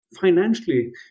financially